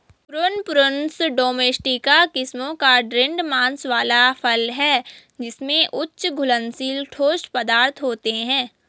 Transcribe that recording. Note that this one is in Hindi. प्रून, प्रूनस डोमेस्टिका किस्मों का दृढ़ मांस वाला फल है जिसमें उच्च घुलनशील ठोस पदार्थ होते हैं